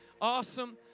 awesome